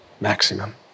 maximum